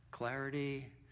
Clarity